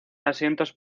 asientos